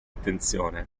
attenzione